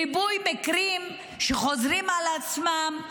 ריבוי מקרים שחוזרים על עצמם,